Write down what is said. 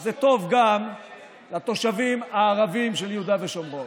זה טוב גם לתושבים הערבים של יהודה ושומרון.